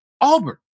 Auburn